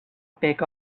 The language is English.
peck